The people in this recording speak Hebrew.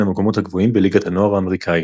המקומות הגבוהים בליגת הנוער האמריקאית.